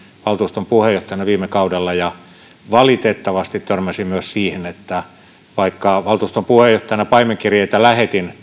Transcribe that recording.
valtuuston puheenjohtajana viime kaudella valitettavasti törmäsin myös siihen että vaikka valtuuston puheenjohtajana paimenkirjeitä lähetin